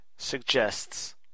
suggests